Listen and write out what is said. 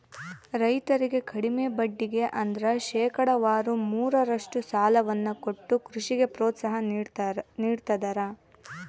ರೈತರಿಗೆ ಕಡಿಮೆ ಬಡ್ಡಿಗೆ ಅಂದ್ರ ಶೇಕಡಾವಾರು ಮೂರರಷ್ಟು ಸಾಲವನ್ನ ಕೊಟ್ಟು ಕೃಷಿಗೆ ಪ್ರೋತ್ಸಾಹ ನೀಡ್ತದರ